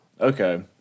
okay